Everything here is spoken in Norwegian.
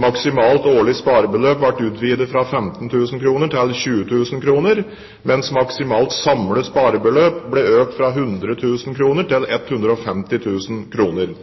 Maksimalt årlig sparebeløp ble utvidet fra 15 000 kr til 20 000 kr, mens maksimalt samlet sparebeløp ble økt fra 100 000 kr til